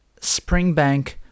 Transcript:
Springbank